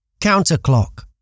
Counterclock